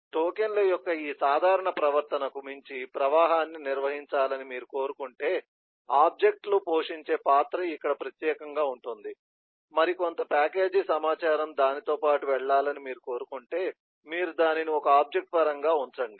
టోకెన్ల యొక్క ఈ సాధారణ ప్రవర్తనకు మించి ప్రవాహాన్ని నిర్వహించాలని మీరు కోరుకుంటే ఆబ్జెక్ట్ లు పోషించే పాత్ర ఇక్కడ ప్రత్యేకంగా ఉంటుంది మరి కొంత ప్యాకేజీ సమాచారం దానితో పాటు వెళ్లాలని మీరు కోరుకుంటే మీరు దానిని ఒక ఆబ్జెక్ట్ పరంగా ఉంచండి